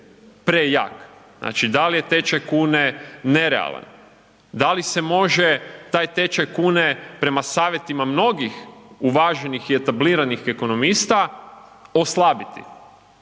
prejak, znači da li je tečaj kune nerealan, da li se može taj tečaj kune prema savjetima mnogih uvaženih i etabliranih ekonomista oslabiti